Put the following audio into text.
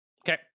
Okay